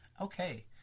Okay